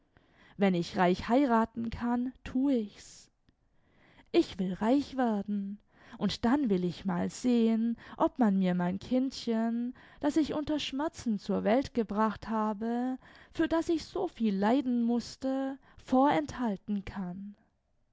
wenn ich reich heiraten kann tu ich's ich will reich werden und dann will ich mal sehen ob man mir mein kindchen das ich unter schmerzen zur welt gebracht habe für das ich so viel leiden mußte vorenthalten kann